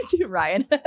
ryan